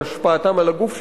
על השפעתם על הגוף שלנו,